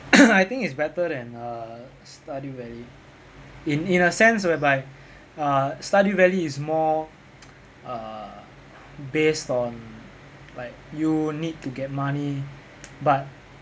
I think it's better than uh stardew valley in in a sense whereby uh stardew valley is more err based on like you need to get money but